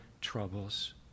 troubles